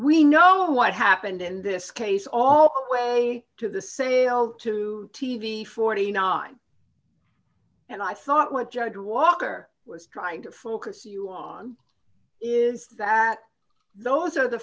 we know what happened in this case all the way to the sale to t v forty nine and i thought what judge walker was trying to focus you on is that those are the